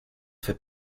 fait